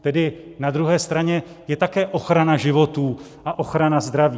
Tedy na druhé straně je také ochrana životů a ochrana zdraví.